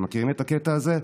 אתם מכירים את הקטע הזה?